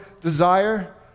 desire